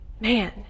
Man